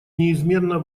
неизменно